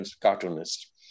cartoonist